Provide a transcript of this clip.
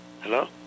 Hello